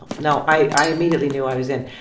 and no. i i immediately knew i was in.